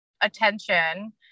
attention